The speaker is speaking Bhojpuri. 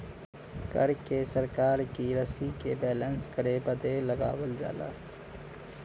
कर के सरकार की रशी के बैलेन्स करे बदे लगावल जाला